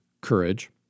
Courage